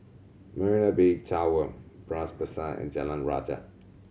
Marina Bay Tower Bras Basah and Jalan Rajah